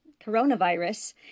coronavirus